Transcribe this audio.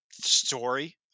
story